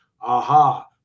aha